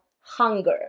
hunger